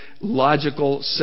logical